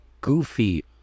goofy